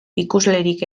ikuslerik